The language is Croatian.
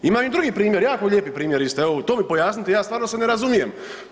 Imam i drugi primjer, jako lijepi primjer isto, evo to mi pojasnite ja stvarno se ne razumijem.